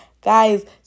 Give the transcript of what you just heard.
guys